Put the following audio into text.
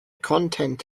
content